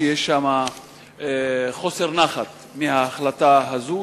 יש שם חוסר נחת מההחלטה הזאת,